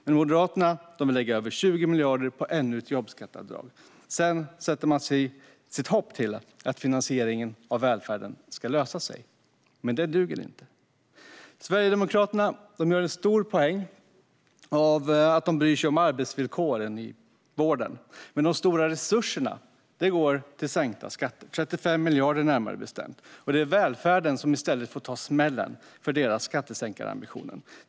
Men Moderaterna vill lägga över 20 miljarder på ännu ett jobbskatteavdrag och sätter sedan sitt hopp till att finansieringen av välfärden ska lösa sig. Det duger inte. Sverigedemokraterna gör en stor poäng av att de bryr sig om arbetsvillkoren i vården. Men de stora resurserna, närmare bestämt 35 miljarder, går till sänkta skatter, och välfärden får ta smällen för deras skattesänkarambitioner.